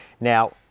Now